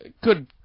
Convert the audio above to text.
good